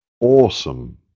awesome